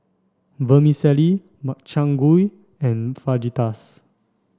Vermicelli Makchang Gui and Fajitas